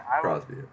Crosby